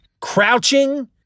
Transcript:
crouching